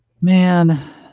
man